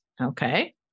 Okay